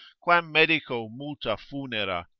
quam medico multa funera.